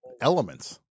elements